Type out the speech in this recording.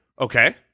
Okay